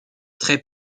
très